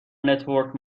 نتورک